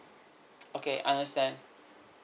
okay understand